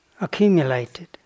accumulated